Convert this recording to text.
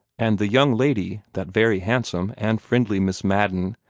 and the young lady, that very handsome and friendly miss madden,